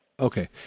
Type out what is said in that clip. Okay